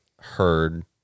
heard